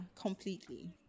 completely